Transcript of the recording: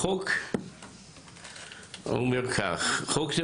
הצעת החוק אומרת: "חוק זה,